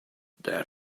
that